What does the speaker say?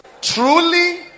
Truly